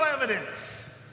evidence